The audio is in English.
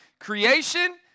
Creation